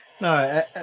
No